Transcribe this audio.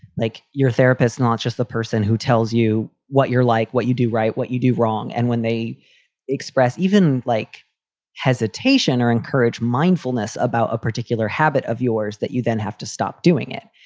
like your therapist, not just the person who tells you what you're like, what you do right, what you do wrong. and when they express even like hesitation or encourage mindfulness about a particular habit of yours, that you then have to stop doing it.